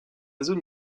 zone